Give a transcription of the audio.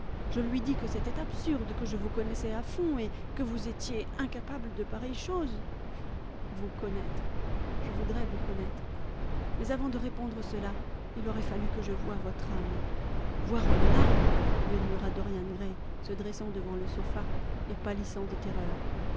je lui dis que c'était absurde que je vous connaissais à fond et que vous étiez incapable de pareilles choses vous connaître je voudrais vous connaître mais avant de répondre cela il aurait fallu que je voie votre âme voir mon âme murmura dorian gray se dressant devant le sofa et pâlissant de terreur